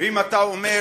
ואם אתה אומר,